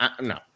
No